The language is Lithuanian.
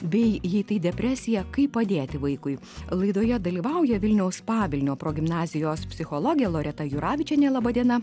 bei jei tai depresija kaip padėti vaikui laidoje dalyvauja vilniaus pavilnio progimnazijos psichologė loreta juravičienė laba diena